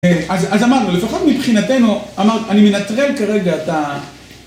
אז אמרנו, לפחות מבחינתנו, אמרנט, אני מנטרל כרגע את ה...